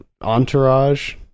Entourage